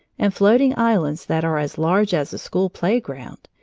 and floating islands that are as large as a school playground,